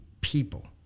people